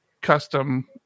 custom